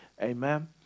Amen